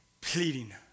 pleading